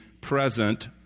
present